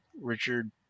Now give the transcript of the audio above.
Richard